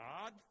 God